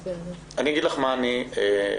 אני אגיד לך מה אני חושב,